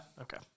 Okay